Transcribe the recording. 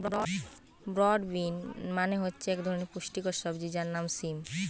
broad bean মানে হচ্ছে এক ধরনের পুষ্টিকর সবজি যার নাম সিম